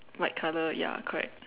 white colour ya correct